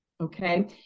Okay